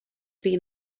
been